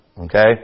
Okay